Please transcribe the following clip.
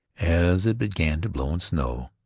as it began to blow and snow,